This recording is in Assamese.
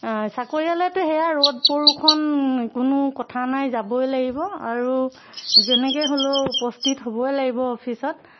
চাকৰিয়ালেটো সেয়া ৰ'দ বৰষুণ কোনো কথা নাই যাবই লাগিব আৰু যেনেকৈ হ'লেও উপস্থিত হ'বই লাগিব অফিচত